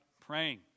praying